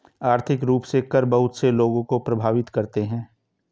आर्थिक रूप से कर बहुत से लोगों को प्राभावित करते हैं